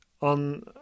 on